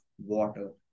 water